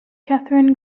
catherine